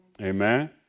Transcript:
Amen